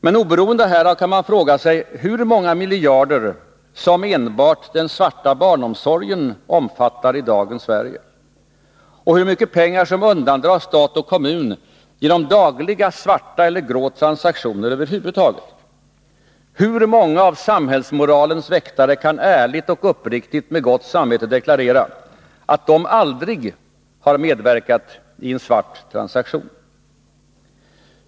Men oberoende härav kan man fråga sig hur många miljarder som enbart den svarta barnomsorgen omfattar i dagens Sverige och hur mycket pengar som undandras stat och kommun genom dagliga svarta eller grå transaktioner över huvud taget. Hur många av samhällsmoralens väktare kan ärligt och uppriktigt med gott samvete deklarera, att de aldrig har medverkat i en svart transaktion?